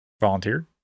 Volunteer